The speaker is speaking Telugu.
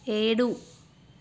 ఏడు